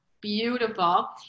beautiful